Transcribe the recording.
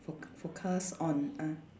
foc~ focus on uh